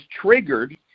triggered